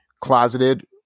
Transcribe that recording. closeted